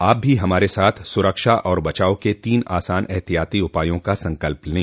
आप भी हमारे साथ सुरक्षा और बचाव के तीन आसान एहतियाती उपायों का संकल्प लें